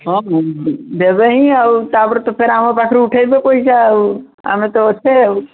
ହଁ ଦେବେ ହିଁ ଆଉ ତା'ପରେ ତ ଆମ ପାର୍ଟିରୁ ଉଠାଇବେ ପଇସା ଆମେ ତ ଅଛେ